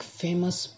famous